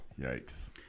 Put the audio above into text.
yikes